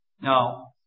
Now